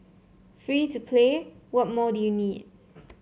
free to play what more do you need